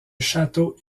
château